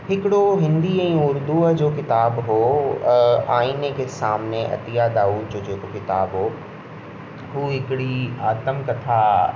हिकिड़ो हिंदीअ ऐं उर्दूअ जो किताब हो आइने के सामने अतिया दाऊद जो जेको किताब हो हू हिकिड़ी आतमकथा